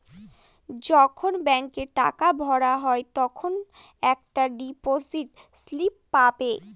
যখন ব্যাঙ্কে টাকা ভরা হয় তখন একটা ডিপোজিট স্লিপ পাবে